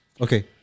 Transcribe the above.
Okay